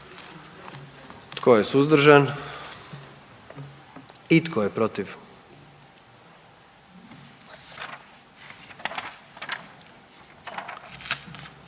Tko je suzdržan? I tko je protiv?